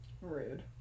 Rude